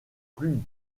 plus